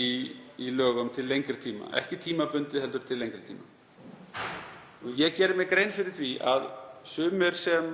í lögum til lengri tíma, ekki tímabundið heldur til lengri tíma. Ég geri mér grein fyrir því að sumir sem